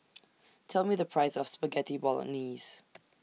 Tell Me The Price of Spaghetti Bolognese